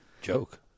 Joke